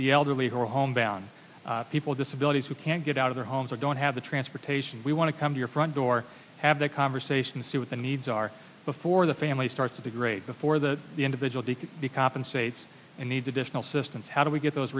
the elderly who are homebound people disabilities who can't get out of their homes or don't have the transportation we want to come to your front door have the conversation see what the needs are before the family starts to degrade before the the individual to be compensated and needs additional systems how do we get those